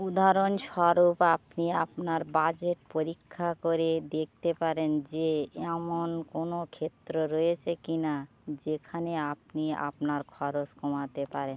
উদাহরণস্বরূপ আপনি আপনার বাজেট পরীক্ষা করে দেখতে পারেন যে এমন কোনো ক্ষেত্র রয়েছে কি না যেখানে আপনি আপনার খরচ কমাতে পারেন